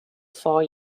four